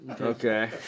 Okay